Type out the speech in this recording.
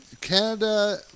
Canada